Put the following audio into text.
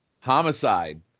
Homicide